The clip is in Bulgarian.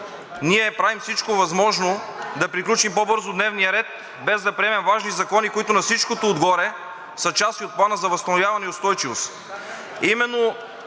ние правим всичко възможно да приключим по-бързо дневния ред, без да приемем важни закони, които на всичкото отгоре са част и от Плана за възстановяване и устойчивост.